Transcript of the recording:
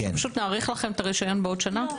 להאריך לכם את הרשיון בעוד שנה?